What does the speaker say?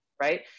right